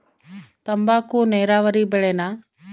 ತಂಬಾಕು ನೇರಾವರಿ ಬೆಳೆನಾ?